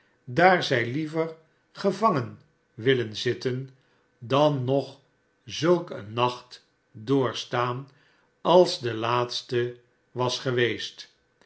daar zij liever gevangen willen zitten dan nog zulk een nacht doorstaan als de laatste was geweest